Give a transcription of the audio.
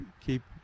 Keep